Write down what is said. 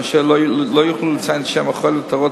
אשר לא יוכלו לציין את שם החולה ואת הוראות